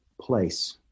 place